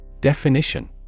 Definition